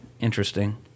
Interesting